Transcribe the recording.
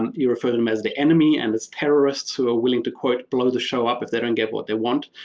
and you refer them as the enemy, and it's terrorists who are willing to, quote, blow the show up if they don't get what they want.